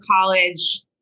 college